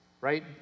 Right